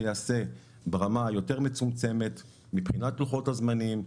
ייעשה ברמה היותר מצומצמת מבחינת לוחות הזמנים,